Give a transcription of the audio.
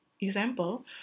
example